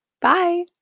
Bye